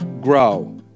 grow